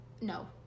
no